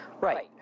Right